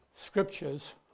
scriptures